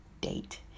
date